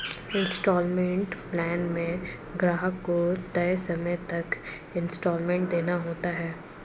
instalment plan में ग्राहक को तय समय तक इन्सटॉलमेंट देना होता है